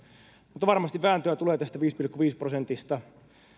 mutta varmasti vääntöä tulee tästä viidestä pilkku viidestä prosentista